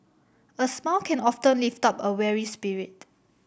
a smile can often lift up a weary spirit